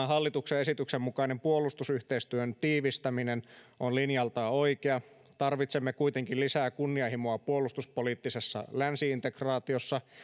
hallituksen esityksen mukainen puolustusyhteistyön tiivistäminen on linjaltaan oikea tarvitsemme kuitenkin lisää kunnianhimoa puolustuspoliittisessa länsi integraatiossa